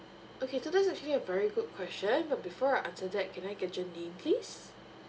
okay so this is actually a very good question but before I answer that can I get your name please